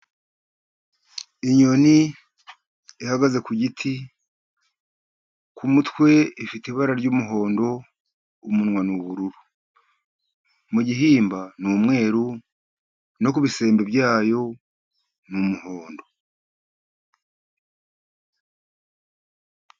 Inyoni ihagaze ku giti. Ku mutwe ifite ibara ry'umuhondo umunwa n'ubururu. Mu gihimba ni umweru no ku bisembe byayo n'umuhondo.